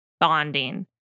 bonding